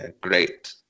great